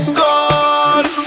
gone